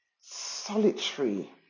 solitary